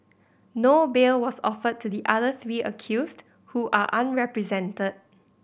no bail was offered to the other three accused who are unrepresented